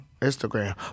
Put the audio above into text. Instagram